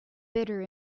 bitter